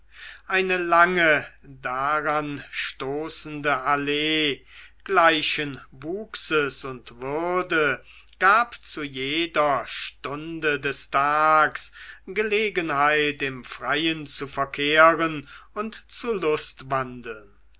eine lange daranstoßende allee gleichen wuchses und würde gab zu jeder stunde des tags gelegenheit im freien zu verkehren und zu